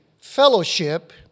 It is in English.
fellowship